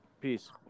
Peace